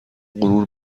غرور